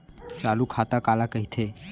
चालू खाता काला कहिथे?